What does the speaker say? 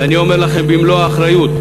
ואני אומר לכם במלוא האחריות: